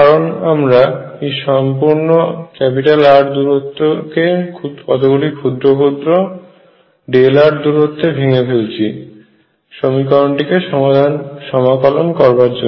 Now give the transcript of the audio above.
কারণ আমরা এই সম্পূর্ন R দূরত্বকে কতগুলি ক্ষুদ্র ক্ষুদ্র r দূরত্বে ভেঙ্গে ফেলছি সমীকরণটিকে সমাকলন করবার জন্য